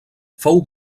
fou